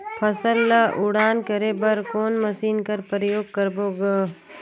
फसल ल उड़ान करे बर कोन मशीन कर प्रयोग करबो ग?